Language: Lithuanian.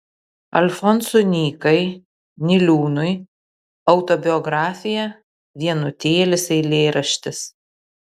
alfonsui nykai niliūnui autobiografija vienutėlis eilėraštis